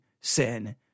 sin